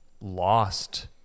lost